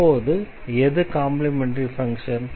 அப்போது எது complementary function